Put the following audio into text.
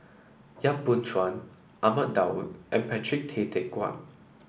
Yap Boon Chuan Ahmad Daud and Patrick Tay Teck Guan